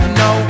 no